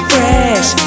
Fresh